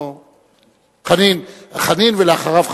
ואחריו,